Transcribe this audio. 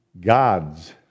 gods